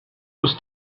was